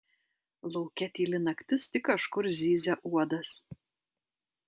lauke tyli naktis tik kažkur zyzia uodas